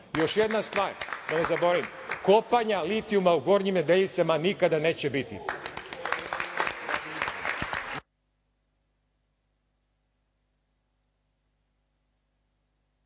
jedna stvar, da ne zaboravim, kopanja litijuma u Gornjim Nedeljicama nikada neće biti.